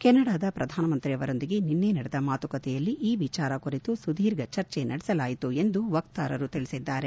ಕೆನಡಾದ ಪ್ರಧಾನಮಂತ್ರಿ ಅವರೊಂದಿಗೆ ನಿನ್ನೆ ನಡೆದ ಮಾತುಕತೆಯಲ್ಲಿ ಈ ವಿಚಾರ ಕುರಿತು ಸುಧೀರ್ಘ ಚರ್ಚೆ ನಡೆಸಲಾಯಿತು ಎಂದು ವಕ್ತಾರರು ತಿಳಿಸಿದ್ದಾರೆ